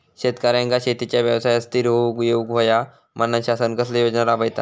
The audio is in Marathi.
शेतकऱ्यांका शेतीच्या व्यवसायात स्थिर होवुक येऊक होया म्हणान शासन कसले योजना राबयता?